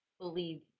believe